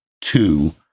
two